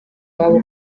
iwabo